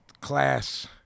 Class